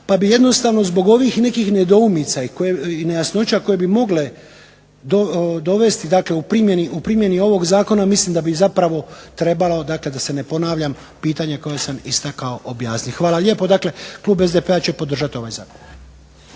Pa bi jednostavno zbog ovih nekih nedoumica i nejasnoća koje bi mogle dovesti dakle u primjeni ovog zakona, mislim da bi zapravo trebalo, dakle da se ne ponavljam pitanje koje sam istakao objasni. Hvala lijepo. Dakle klub SDP-a će podržati ovaj zakon.